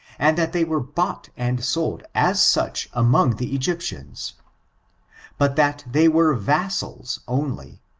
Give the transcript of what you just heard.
and that they were bought and sold as such among the egyptians but that they were vassals only,